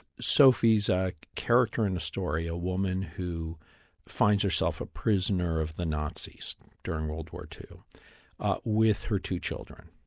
sophie is a character in a story, a woman who finds herself a prisoner of the nazis during world war ii with her two children.